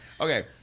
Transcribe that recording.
Okay